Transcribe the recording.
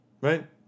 right